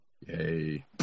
Yay